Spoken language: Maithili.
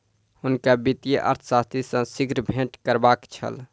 हुनका वित्तीय अर्थशास्त्री सॅ शीघ्र भेंट करबाक छल